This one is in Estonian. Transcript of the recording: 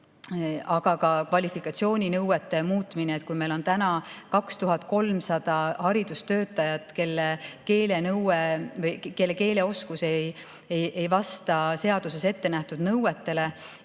aga ka kvalifikatsiooninõuete muutmine. Meil on täna 2300 haridustöötajat, kelle keeleoskus ei vasta seaduses ettenähtud nõuetele,